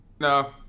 No